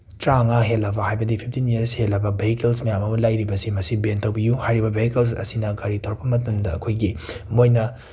ꯇ꯭ꯔꯥꯉꯥ ꯍꯦꯜꯂꯕ ꯍꯥꯏꯕꯗꯤ fifteen years ꯍꯦꯜꯂꯕ ꯕꯦꯍꯤꯀꯜꯁ ꯃꯌꯥꯝ ꯑꯃ ꯂꯩꯔꯤꯕꯁꯦ ꯃꯁꯤ ꯕꯦꯟ ꯇꯧꯕꯤꯌꯨ ꯍꯥꯏꯔꯤꯕ ꯕꯦꯍꯤꯀꯜꯁ ꯑꯁꯤꯅ ꯒꯥꯔꯤ ꯊꯧꯔꯛꯄ ꯃꯇꯝꯗ ꯑꯩꯈꯣꯏꯒꯤ ꯃꯣꯏꯅ